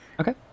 Okay